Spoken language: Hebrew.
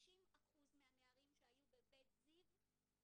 50% מהנערים שהיו ב'בית זיו',